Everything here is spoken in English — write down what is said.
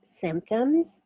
symptoms